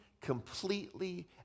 completely